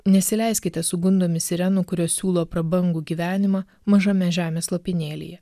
nesileiskite sugundomi sirenų kurios siūlo prabangų gyvenimą mažame žemės lopinėlyje